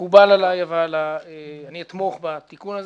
מקובל עליי, ואני אתמוך בתיקון הזה.